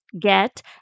get